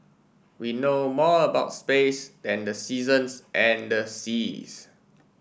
we know more about space than the seasons and the seas